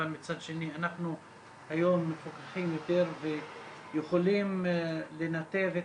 אבל מצד שני אנחנו היום מפוקחים יותר ויכולים לנתב את